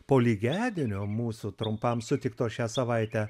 po lygiadienio mūsų trumpam sutikto šią savaitę